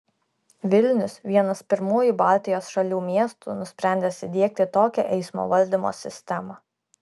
vilnius vienas pirmųjų baltijos šalių miestų nusprendęs įdiegti tokią eismo valdymo sistemą